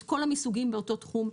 את כל המיזוגים באותם תחום,